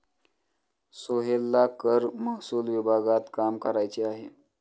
सोहेलला कर महसूल विभागात काम करायचे आहे